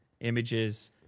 images